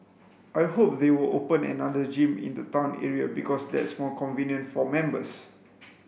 I hope they will open another gym in the town area because that's more convenient for members